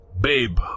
Babe